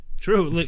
True